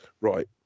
Right